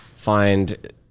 find